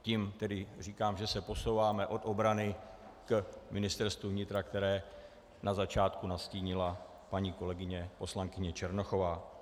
Tím tedy říkám, že se posouváme od obrany k Ministerstvu vnitra, které na začátku nastínila paní kolegyně poslankyně Černochová.